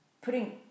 putting